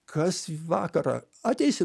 kas vakarą ateisi